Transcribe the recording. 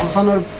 hundred